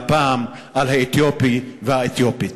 והפעם על האתיופי והאתיופית.